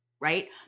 right